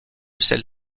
celle